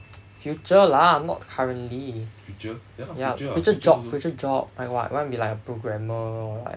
future lah not currently ya future job future job like what you want to be like programmer or [what]